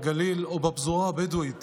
בגליל או בפזורה הבדואית